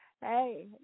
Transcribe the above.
Hey